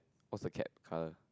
what's the cat colour